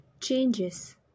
changes